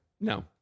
No